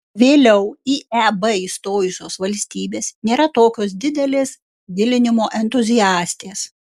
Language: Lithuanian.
vėliau į eb įstojusios valstybės nėra tokios didelės gilinimo entuziastės